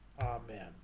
Amen